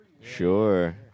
Sure